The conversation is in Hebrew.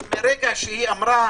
אבל מרגע שאמרה